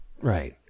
right